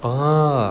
ah